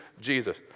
Jesus